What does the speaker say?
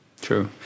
True